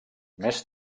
més